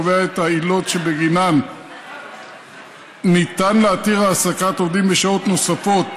קובע את העילות שבגינן ניתן להתיר העסקת עובדים בשעות נוספות,